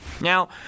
Now